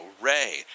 Ray